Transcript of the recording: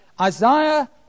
Isaiah